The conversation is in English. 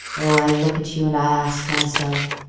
oh, i look at you and i ask myself,